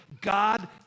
God